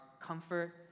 comfort